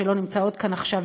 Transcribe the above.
שלא נמצאות כאן עכשיו,